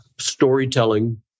storytelling